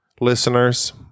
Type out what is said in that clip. listeners